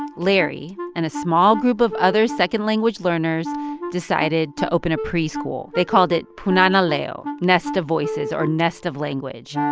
ah larry and a small group of other second-language learners decided to open a preschool. they called it punana leo, nest of voices, or nest of language.